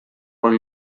con